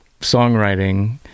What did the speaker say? songwriting